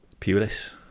Pulis